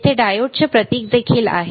येथे डायोडचे प्रतीक देखील आहे